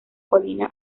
colina